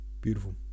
Beautiful